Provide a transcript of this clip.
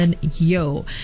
Yo